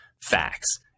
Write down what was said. facts